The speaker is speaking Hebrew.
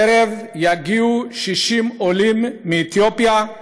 בערב יגיעו 60 עולים מאתיופיה,